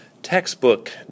textbook